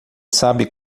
sabe